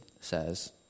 says